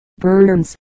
Burns